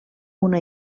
una